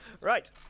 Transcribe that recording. Right